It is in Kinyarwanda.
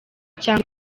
cyangwa